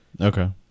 Okay